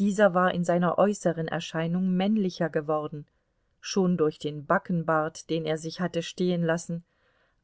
dieser war in seiner äußeren erscheinung männlicher geworden schon durch den backenbart den er sich hatte stehenlassen